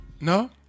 No